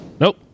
Nope